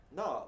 no